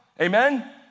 Amen